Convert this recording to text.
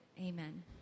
amen